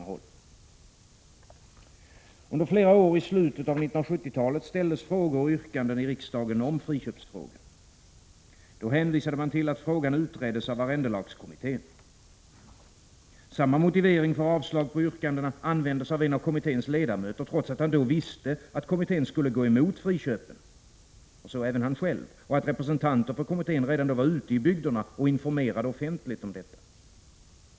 Under flera år i slutet av 1970-talet ställdes frågor och yrkanden i riksdagen om friköpsfrågan. Då hänvisade man till att frågan utreddes av arrendelagskommittén. Samma motivering för avslag på yrkanden användes av en av kommitténs ledamöter, trots att han då visste att kommittén skulle gå emot friköpen, och så även han själv, och att representanter för kommittén redan då var ute i bygderna och informerade offentligt om detta.